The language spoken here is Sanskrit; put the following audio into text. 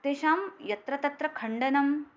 तेषां यत्र तत्र खण्डनं